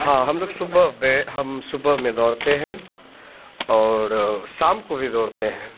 हाँ हम लोग सुबह पे हम सुबह में दौड़ते हैं और शाम को भी दौड़ते हैं